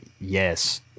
yes